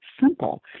simple